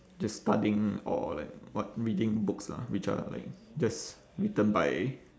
just studying or like what reading books lah which are like just written by